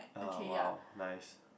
uh !wow! nice